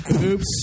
oops